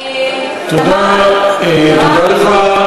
תודה לך,